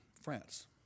France